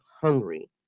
hungry